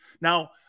Now